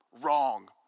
wrong